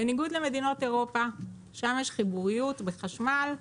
בניגוד למדינות אירופה שם יש חיבוריות בחשמל.